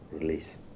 release